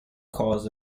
cause